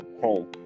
home